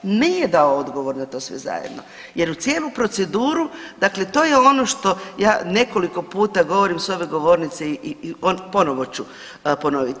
Nije dao odgovor na to sve zajedno jer u cijelu proceduru, dakle to je ono što ja nekoliko puta govorim s ove govornice i ponovo ću ponoviti.